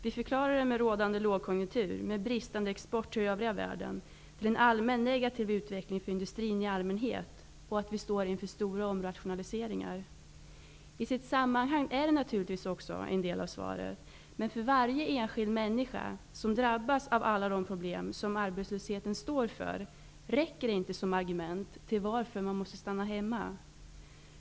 Vi förklarar det med rådande lågkonjunktur, med bristande export till den övriga världen, med en negativ utveckling för industrin i allmänhet och att vi står inför stora omrationaliseringar. I sitt sammanhang är det naturligtvis också en del av svaret. Men för varje enskild människa som drabbas av alla de problem som arbetslöshet står för räcker det inte som argument för att man måste stanna hemma.